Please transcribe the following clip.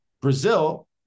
Brazil